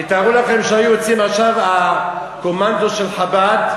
תתארו לכם שהיו יוצאים עכשיו הקומנדו של חב"ד,